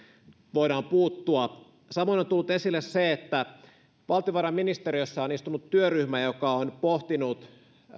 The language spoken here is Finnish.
voidaan puuttua samoin on tullut esille se että valtiovarainministeriössä on istunut työryhmä joka on pohtinut